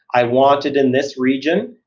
i want it in this region.